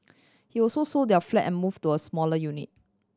he also sold their flat and moved to a smaller unit